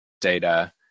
data